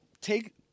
take